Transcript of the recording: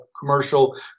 commercial